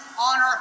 honor